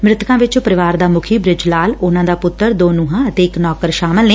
ਮਿਤਕਾਂ ਵਿਚ ਪਰਿਵਾਰ ਦਾ ਮੁਖੀ ਬ੍ਰਿਜ ਲਾਲ ਉਨ੍ਨਾਂ ਦਾ ਪੁੱਤਰ ਦੋ ਨੂੰਹਾਂ ਅਤੇ ਇਕ ਨੌਕਰ ਸ਼ਾਮਲ ਨੇ